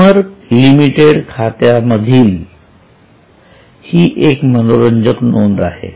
अमर लिमिटेडच्या खात्यामधील ही एक मनोरंजक नोंद आहे